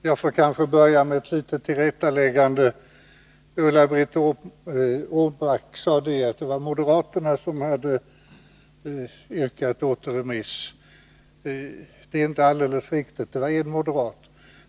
Herr talman! Låt mig börja med ett litet tillrättaläggande. Ulla-Britt Åbark sade att det var moderaterna som hade yrkat återremiss. Det är inte alldeles riktigt. Det var en moderat.